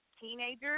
teenager